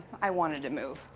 i wanted to move.